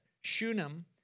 Shunem